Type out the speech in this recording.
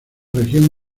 región